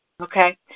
Okay